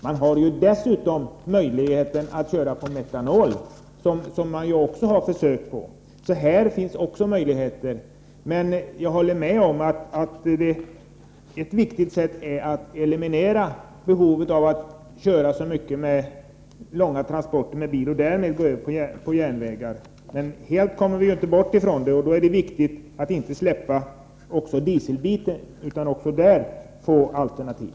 Man har dessutom möjligheten att köra på metanol, som det också pågår försök med. Jag håller med om att ett viktigt sätt är att eliminera behovet att köra så många långa transporter med bil och i stället gå över till järnväg. Men helt kommer vi inte bort från landsvägstransporter, och då är det viktigt att inte släppa dieselbiten utan även där få fram renare alternativ.